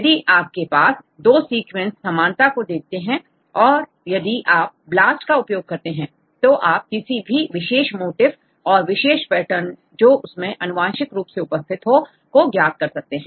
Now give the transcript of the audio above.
यदि आपके पास 2 सीक्वेंस समानता को देखते हैं यदि आप ब्लास्ट का उपयोग करते हैं तो आप किसी भी विशेष मोटिफ और विशेष पैटर्न जो उसमें अनुवांशिक रूप से उपस्थित हो को ज्ञात कर सकते हैं